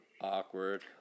Awkward